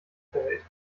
behält